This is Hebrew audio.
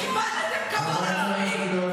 איבדתם כבוד עצמי,